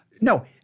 No